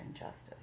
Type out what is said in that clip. injustice